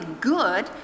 good